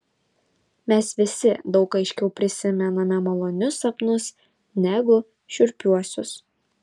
mes visi daug aiškiau prisimename malonius sapnus negu šiurpiuosius